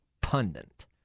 pundit